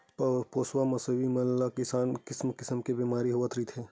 पोसवा मवेशी मन ल किसम किसम के बेमारी होवत रहिथे